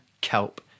kelp